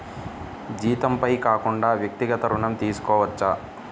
జీతంపై కాకుండా వ్యక్తిగత ఋణం తీసుకోవచ్చా?